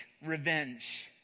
revenge